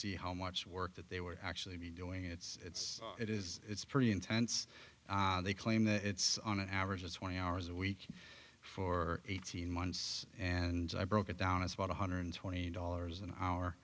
see how much work that they were actually doing it's it is it's pretty intense they claim that it's on an average of twenty hours a week for eighteen months and i broke it down it's about one hundred twenty dollars an hour